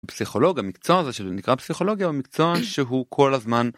פסיכולוג המקצוע הזה שנקרא פסיכולוגיה הוא מקצוע שהוא כל הזמן.